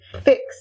fix